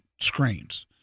screens